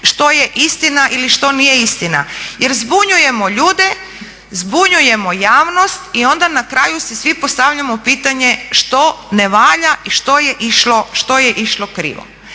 što je istina ili što nije istina jer zbunjujemo ljude, zbunjujemo javnost i onda na kraju svi si postavljamo pitanje što ne valja i što je išlo krivo.